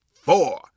four